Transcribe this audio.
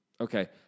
Okay